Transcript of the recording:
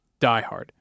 Diehard